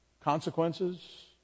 consequences